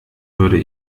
würde